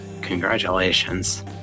Congratulations